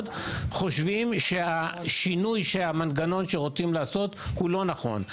חושבים שהשינוי של המנגנון שרוצים לעשות הוא לא נכון.